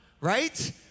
right